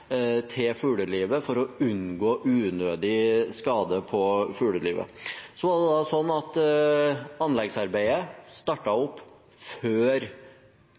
til fuglelivet for å unngå unødig skade på fuglelivet. Anleggsarbeidet startet opp før